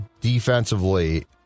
defensively